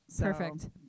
Perfect